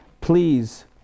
Please